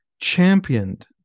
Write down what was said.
championed